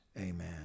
amen